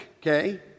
okay